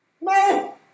No